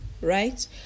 right